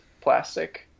plastic